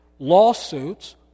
lawsuits